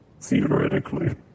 theoretically